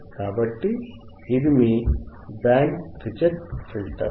కాబట్టి ఇది మీ బ్యాండ్ రిజెక్ట్ ఫిల్టర్